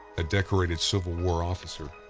a decorated civil war officer,